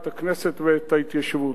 את הכנסת ואת ההתיישבות.